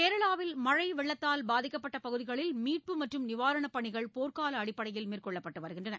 கேரளாவில் மழைவெள்ளத்தால் பாதிக்கப்பட்டபகுதிகளில் மீட்பு மற்றும் நிவாரணப் பணிகள் போர்க்காலஅடிப்படையில் மேற்கொள்ளப்பட்டுவருகின்றன